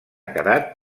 quedat